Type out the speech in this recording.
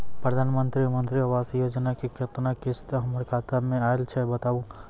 प्रधानमंत्री मंत्री आवास योजना के केतना किस्त हमर खाता मे आयल छै बताबू?